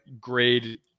grade